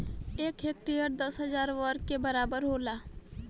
एक हेक्टेयर दस हजार वर्ग मीटर के बराबर होला